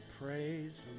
Praise